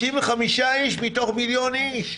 35 איש מתוך מיליון איש.